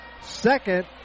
second